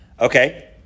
okay